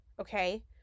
okay